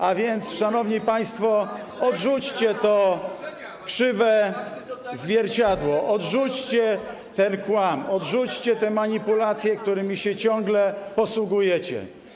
A więc, szanowni państwo, odrzućcie to krzywe zwierciadło, odrzućcie ten kłam, odrzućcie te manipulacje, którymi się ciągle posługujecie.